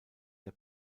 der